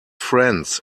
friends